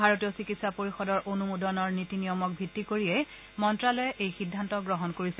ভাৰতীয় চিকিৎসা পৰিষদৰ অনুমোদনৰ নীতি নিয়মক ভিত্তি কৰিয়েই মন্নালয়ে এই সিদ্ধান্ত গ্ৰহণ কৰিছে